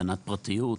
הגנת פרטיות?